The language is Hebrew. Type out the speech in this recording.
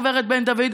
גב' בן דוד,